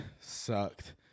sucked